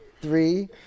three